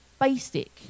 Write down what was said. basic